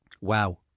Wow